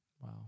Wow